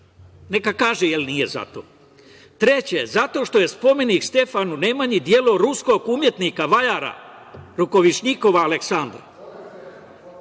Neka kaže jel nije za to. Treće, zato što je spomenik Stefanu Nemanji delo ruskog umetnika vajara Rukavišnjikov Aleksandra,